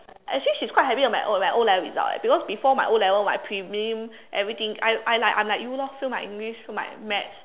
actually she's quite happy with my O-level O-level result eh because before my o level my prelim everything I I I'm like you lor fail my English fail my maths